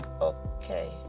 okay